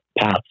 paths